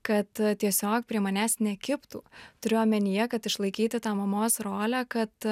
kad tiesiog prie manęs nekibtų turiu omenyje kad išlaikyti tą mamos rolę kad